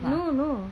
no no